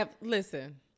Listen